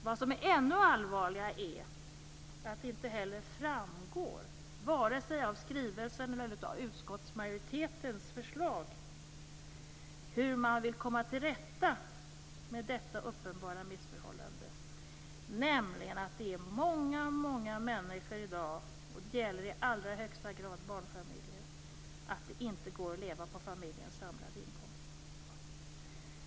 Vad som är ännu allvarligare är att det inte heller framgår vare sig av skrivelsen eller av utskottsmajoritetens förslag hur man vill komma till rätta med det uppenbara missförhållandet att många människor i dag - och det gäller i allra högsta grad barnfamiljer - inte kan leva på familjens samlade inkomst.